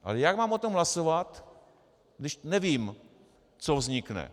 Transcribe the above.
Ale jak mám o tom hlasovat, když nevím, co vznikne?